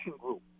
group